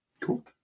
Cool